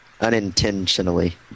Unintentionally